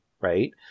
right